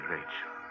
Rachel